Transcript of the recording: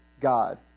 God